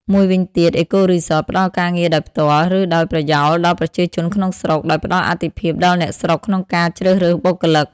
មួយវិញទៀត អេកូរីសត ផ្តល់ការងារដោយផ្ទាល់ ឬដោយប្រយោលដល់ប្រជាជនក្នុងស្រុក ដោយផ្តល់អាទិភាពដល់អ្នកស្រុកក្នុងការជ្រើសរើសបុគ្គលិក។